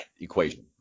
equation